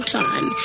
time